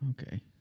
Okay